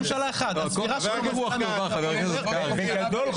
הספירה של בנט מתחילה מרגע שהחוק עובר?